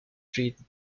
treated